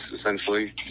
essentially